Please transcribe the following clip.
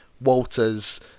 Walters